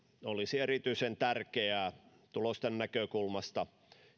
olisi erityisen tärkeää tulosten näkökulmasta